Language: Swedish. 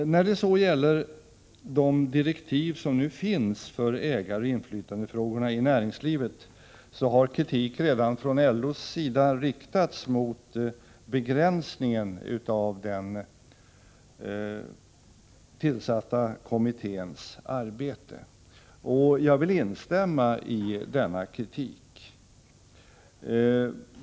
När det så gäller de direktiv som nu ges för en utredning om ägaroch inflytandefrågorna i näringslivet har kritik redan riktats från LO:s sida mot begränsningen av den tillsatta kommitténs arbete. Jag vill instämma i denna kritik.